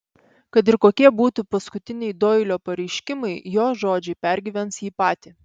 kad ir kokie būtų paskutiniai doilio pareiškimai jo žodžiai pergyvens jį patį